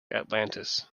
atlantis